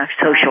social